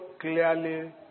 clearly